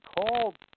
called